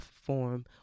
form